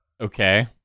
Okay